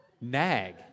Nag